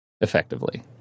effectively